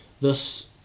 Thus